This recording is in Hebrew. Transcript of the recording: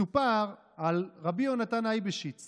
מסופר על רבי יהונתן אייבשיץ